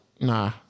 Nah